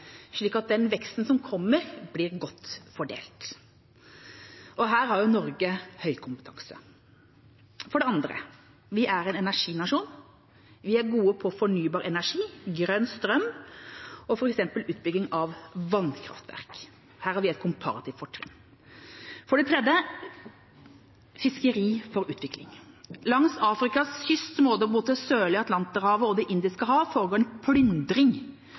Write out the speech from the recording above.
slik at den veksten som kommer, blir godt fordelt. Her har Norge høykompetanse. For det andre: Vi er en energinasjon. Vi er gode på fornybar energi, grønn strøm og f.eks. utbygging av vannkraftverk. Her har vi et komparativt fortrinn. For det tredje: fiskeri for utvikling. Langs Afrikas kyst, både mot det sørlige Atlanterhavet og Det indiske hav, foregår det en plyndring.